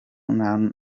n’ubwo